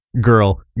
girl